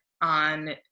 on